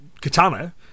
katana